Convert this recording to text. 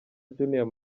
junior